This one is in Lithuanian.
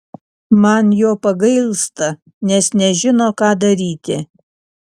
man jo pagailsta nes nežino ką daryti